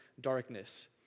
darkness